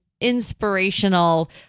inspirational